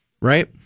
right